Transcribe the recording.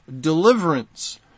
deliverance